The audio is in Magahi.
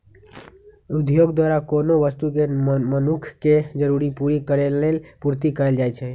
उद्योग द्वारा कोनो वस्तु के मनुख के जरूरी पूरा करेलेल पूर्ति कएल जाइछइ